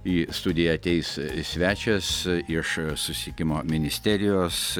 į studiją ateis svečias iš susisiekimo ministerijos